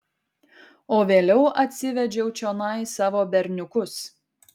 o vėliau atsivedžiau čionai savo berniukus